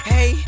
Hey